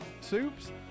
soups